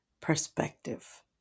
perspective